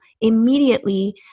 immediately